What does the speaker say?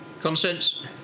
Constance